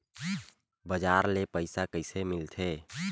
बजार ले पईसा कइसे मिलथे?